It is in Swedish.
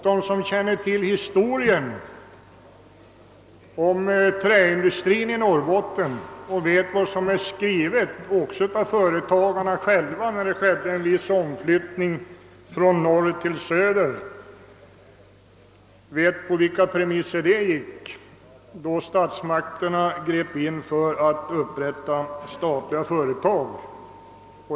De som känner till träindustrin i Norrbotten och vad som skrevs, också av företagarna själva, när det skedde en viss omflyttning från norr till söder, vet också på vilka premisser statsmakterna grep in för att upprätta statliga företag.